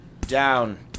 Down